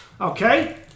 okay